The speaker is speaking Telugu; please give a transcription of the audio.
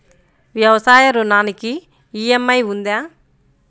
వ్యవసాయ ఋణానికి ఈ.ఎం.ఐ ఉందా?